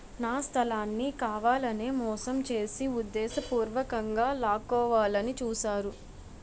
నా స్థలాన్ని కావాలనే మోసం చేసి ఉద్దేశపూర్వకంగా లాక్కోవాలని చూశారు